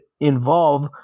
involve